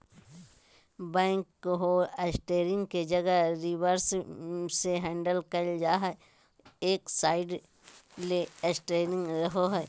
backhoe steering के जगह levers से हैंडल कइल जा हइ, एक साइड ले स्टेयरिंग रहो हइ